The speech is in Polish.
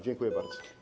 Dziękuję bardzo.